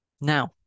Now